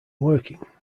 working